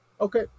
Okay